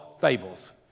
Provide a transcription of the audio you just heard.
fables